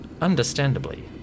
Understandably